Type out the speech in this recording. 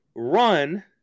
run